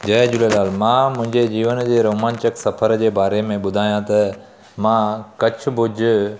जय झूलेलाल मां मुंहिंजे जीवन जे रोमांचक सफ़र जे बारे में ॿुधायां त मां कच्छ भुज